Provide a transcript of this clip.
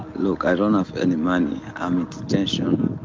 look i don't have any money, i'm in detention,